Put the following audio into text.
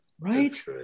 right